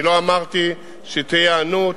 אני לא אמרתי שתהיה היענות.